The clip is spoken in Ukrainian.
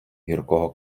гіркого